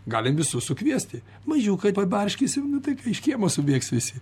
galim visus sukviesti mažiukai pabarškinsim tai tuoj iš kiemo subėgs visi